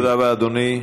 תודה רבה, אדוני.